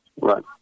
Right